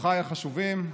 אורחיי החשובים,